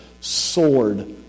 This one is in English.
sword